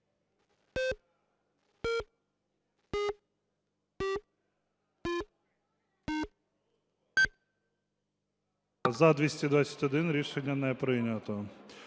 За-221 Рішення не прийнято.